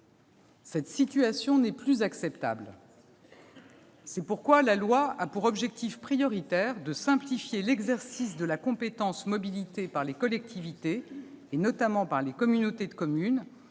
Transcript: Cette situation n'est plus acceptable. C'est pourquoi la loi a pour objectif prioritaire de simplifier l'exercice de la compétence mobilité par les collectivités, notamment par les communautés de communes,